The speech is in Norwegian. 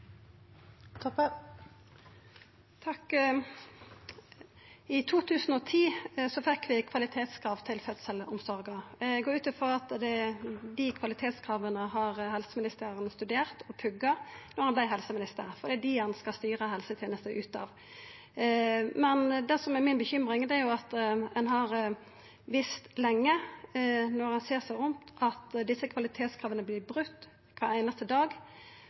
I 2010 fekk vi kvalitetskrav til fødselsomsorga. Eg går ut frå at dei kvalitetskrava studerte og pugga helseministeren då han vart helseminister, for det er dei han skal styra helsetenesta ut frå. Det som er mi bekymring, er noko ein har visst lenge, når ein ser seg om: at desse kvalitetskrava vert brotne kvar einaste dag,